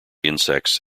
insects